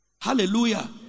Hallelujah